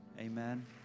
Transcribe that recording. amen